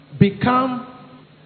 become